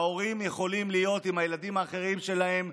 ההורים יכולים להיות עם הילדים האחרים שלהם,